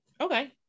Okay